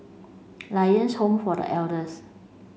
Lions Home for The Elders